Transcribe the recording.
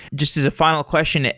just as a final question, and